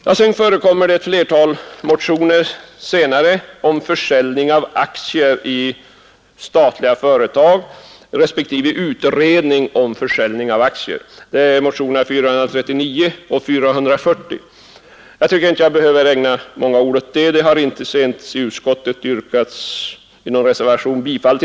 Motionerna 439 och 440 tar upp frågan om försäljning av aktier i statliga företag respektive utredning om försäljning av aktier. Jag behöver inte ägna många ord åt det. Det har inte i någon reservation yrkats bifall till motionernas förslag.